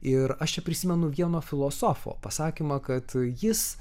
ir aš čia prisimenu vieno filosofo pasakymą kad jis